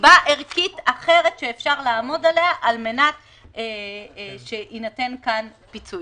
סיבה ערכית אחרת שאפשר לעמוד עליה כדי שיינתן פיצוי.